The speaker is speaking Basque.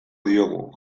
diogu